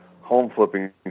home-flipping